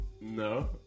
No